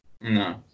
No